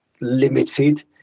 limited